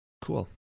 Cool